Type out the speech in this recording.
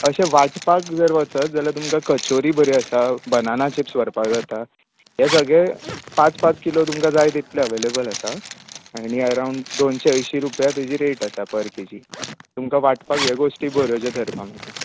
अशे वाटपाक जर वचत जाल्यार तुमकां कचोरी बऱ्यो आसा बनाना चिप्स व्हरपाक जाता ये सगळें पांच पांच किलो तुमकां जाय तितले अवेलेबल आसा आनी अरांवड दोनशें अयशीं रुपया रेट आसा पर के जी तुमका वाटपाक ह्यो गाश्टी बऱ्यो ज्यो दरपाक मेळटा